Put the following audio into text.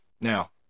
Now